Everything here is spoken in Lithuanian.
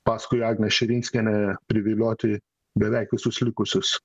paskui agnę širinskienę privilioti beveik visus likusius